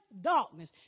darkness